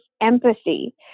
empathy